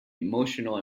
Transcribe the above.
emotional